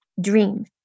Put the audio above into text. dream